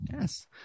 Yes